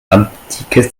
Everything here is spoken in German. antikes